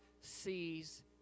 sees